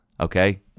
okay